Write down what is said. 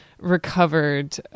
recovered